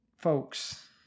folks